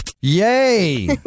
yay